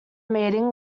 meeting